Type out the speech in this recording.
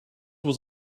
was